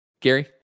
gary